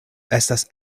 estas